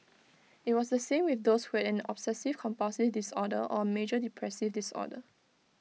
IT was the same with those who had an obsessive compulsive disorder or A major depressive disorder